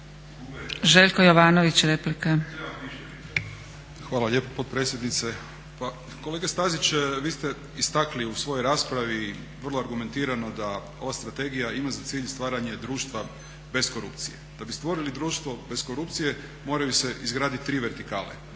replika. **Jovanović, Željko (SDP)** Hvala lijepo potpredsjednice. Pa kolega Stazić, vi ste istakli u svojoj raspravi vrlo argumentirano da ova strategija ima za cilj stvaranje društva bez korupcije. Da bi stvorili društvo bez korupcije moraju se izgraditi tri vertikale,